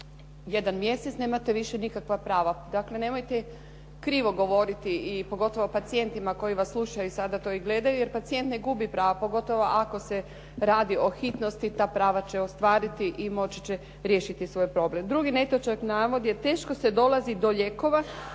jedan mjesec nemate više nikakva prava. Dakle, nemojte krivo govoriti i pogotovo pacijentima koji vas slušaju sada i gledaju, jer pacijent ne gubi pravo pogotovo ako se radi o hitnosti ta prava će ostvariti i moći će riješiti svoj problem. Drugi netočan navod je teško se dolazi do lijekova